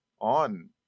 on